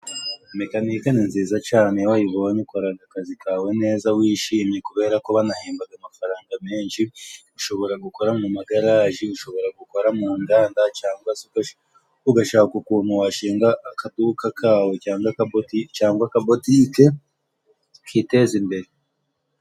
Mekanike ni nziza cane iyo wayibonye ukoraga akazi kawe neza wishimye, kubera ko banahembaga amafaranga menshi. Ushobora gukora mu magaraje, ushobora gukora mu nganda, cyangwa ugashaka ukuntu washinga akaduka kawe, cyangwa akabotike, ukiteza imbere.